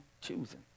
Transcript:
choosing